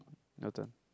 noted